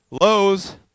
Lows